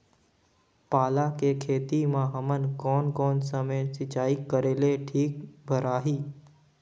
पाला के खेती मां हमन कोन कोन समय सिंचाई करेले ठीक भराही?